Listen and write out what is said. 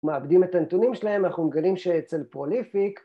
מאבדים את הנתונים שלהם, אנחנו מגלים שאצל פרוליפיק